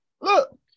look